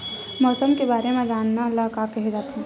मौसम के बारे म जानना ल का कहे जाथे?